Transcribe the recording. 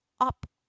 up